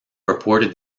reported